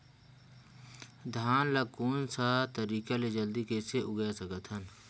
धान ला कोन सा तरीका ले जल्दी कइसे उगाय सकथन?